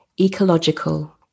ecological